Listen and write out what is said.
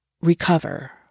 recover